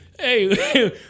Hey